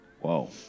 whoa